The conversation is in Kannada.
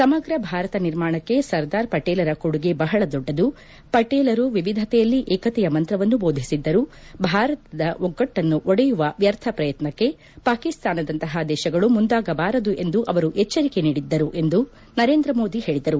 ಸಮಗ್ರ ಭಾರತ ನಿರ್ಮಾಣಕ್ಕೆ ಸರ್ದಾರ್ ಪಟೇಲರ ಕೊಡುಗೆ ಬಹಳ ದೊಡ್ಡದು ಪಟೇಲರು ವಿವಿಧತೆಯಲ್ಲಿ ಏಕತೆಯ ಮಂತ್ರವನ್ನು ಬೋಧಿಸಿದ್ದರು ಭಾರತದ ಒಗ್ಗಟ್ಟನ್ನು ಒಡೆಯುವ ವ್ಯರ್ಥ ಪ್ರಯತ್ನಕ್ಕೆ ಪಾಕಿಸ್ತಾನದಂತಹ ದೇಶಗಳು ಮುಂದಾಗಬಾರದು ಎಂದು ಅವರು ಎಚ್ಚರಿಕೆ ನೀಡಿದ್ದರು ಎಂದು ನರೇಂದ್ರ ಮೋದಿ ಹೇಳಿದರು